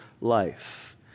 life